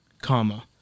Comma